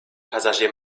passagier